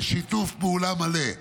בשיתוף פעולה מלא.